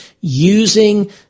using